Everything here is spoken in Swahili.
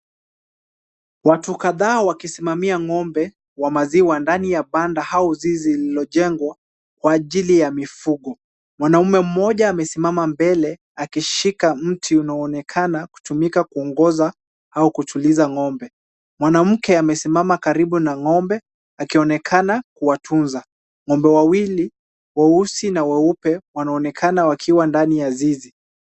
Watu kadhaa wakisimamia ng'ombe wa maziwa ndani ya banda au zizi lililojengwa kwa ajili ya mifugo. Mwanamume mmoja amesimama mbele akishika mti unaoonekana kutumika kuongoza au kutuliza ng'ombe. Mwanamke amesimama karibu na ng'ombe, akionekana kuwatunza. Ng'ombe wawili, weusi na weupe, wanaonekana wakiwa ndani ya zizi.